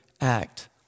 act